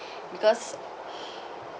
because